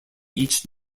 each